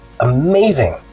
amazing